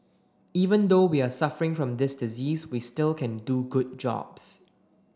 even though we are suffering from this disease we still can do good jobs